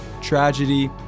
tragedy